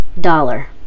dollar